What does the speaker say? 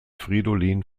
fridolin